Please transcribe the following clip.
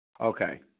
Okay